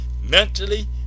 mentally